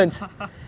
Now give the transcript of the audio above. ha ha